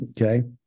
Okay